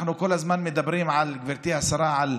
אנחנו כל הזמן מדברים, גברתי השרה, על